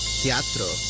teatro